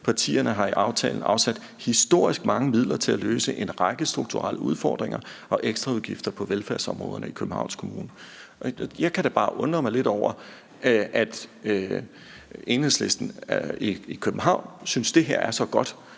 Partierne har i aftalen afsat historisk mange midler til at løse en række strukturelle udfordringer og ekstraudgifter på velfærdsområderne i Københavns Kommune.« Jeg kan da bare undre mig lidt over, at Enhedslisten i Københavns Kommune synes, det her er så godt,